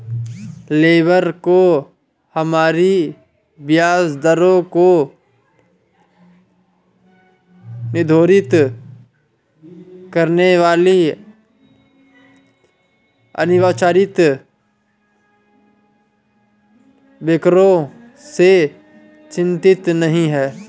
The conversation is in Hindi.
लेबर को हमारी ब्याज दरों को निर्धारित करने वाले अनिर्वाचित बैंकरों से चिंतित नहीं है